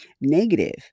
negative